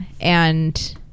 and-